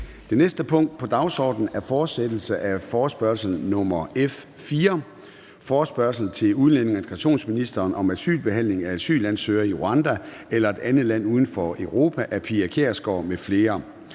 Det næste punkt på dagsordenen er: 2) Fortsættelse af forespørgsel nr. F 4 [afstemning]: Forespørgsel til udlændinge- og integrationsministeren om asylbehandling af asylansøgerne i Rwanda eller et andet land uden for Europa. Af Pia Kjærsgaard (DF) m.fl.